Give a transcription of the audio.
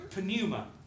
pneuma